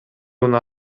унаа